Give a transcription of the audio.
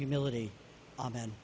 humility amen